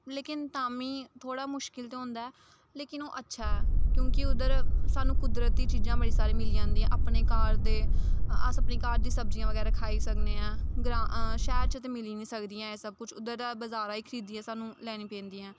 लेकिन ताह्म्मीं थोह्ड़ा मुश्कल ते होंदा ऐ लेकिन ओह् अच्छा ऐ क्योंकि उद्धर सानूं कुदरती चीजां बड़ी सारी मिली जंदियां अपने घर दे अस अपने घर दी सब्जियां बगैरा खाई सकने आं ग्रां शैह्र च ते मिली निं सकदियां ऐं एह् सब कुछ उद्धर ते बजारा गै खरीदियै सानूं लैनी पैंदियां